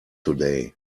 today